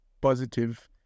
positive